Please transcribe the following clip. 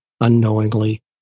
unknowingly